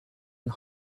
and